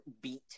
beat